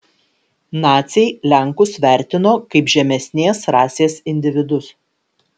naciai lenkus vertino kaip žemesnės rasės individus